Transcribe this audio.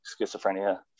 schizophrenia